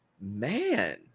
Man